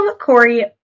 Corey